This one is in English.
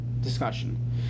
discussion